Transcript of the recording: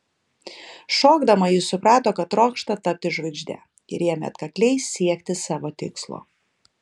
šokdama ji suprato kad trokšta tapti žvaigžde ir ėmė atkakliai siekti savo tikslo